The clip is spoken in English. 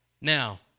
Now